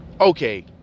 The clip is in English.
okay